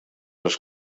als